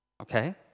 Okay